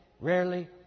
rarely